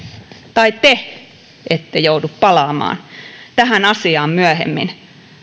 tai te ette joudu palaamaan tähän asiaan myöhemmin